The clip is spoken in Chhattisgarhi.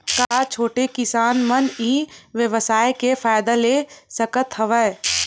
का छोटे किसान मन ई व्यवसाय के फ़ायदा ले सकत हवय?